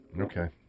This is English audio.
Okay